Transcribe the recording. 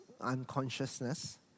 unconsciousness